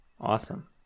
Awesome